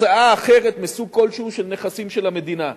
להקצאה אחרת מסוג כלשהו של נכסים של המדינה.